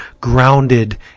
grounded